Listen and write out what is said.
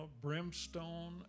brimstone